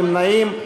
אין נמנעים.